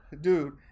dude